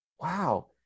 wow